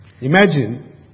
imagine